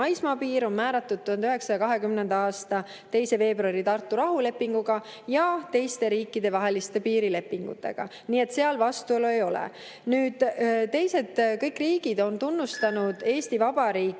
maismaapiir on määratud 1920. aasta 2. veebruari Tartu rahulepinguga ja teiste riikidevaheliste piirilepingutega. Nii et seal vastuolu ei ole. Kõik teised riigid on tunnustanud Eesti Vabariiki